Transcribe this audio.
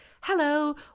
hello